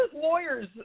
lawyers